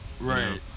Right